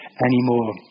Anymore